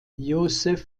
joseph